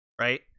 Right